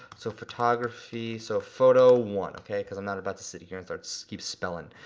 so photography, so photo one, okay, cause i'm not about to sit here and sort of keep spelling.